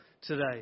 today